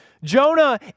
Jonah